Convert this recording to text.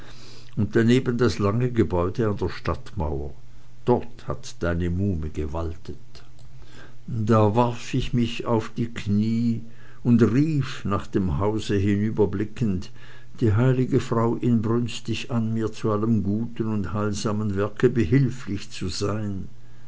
und daneben das lange gebäude an der stadtmauer dort hat deine muhme gewaltet da warf ich mich auf die kniee und rief nach dem hause hinüberblickend die heilige frau inbrünstig an mir zu allem guten und heilsamen werke behilflich zu sein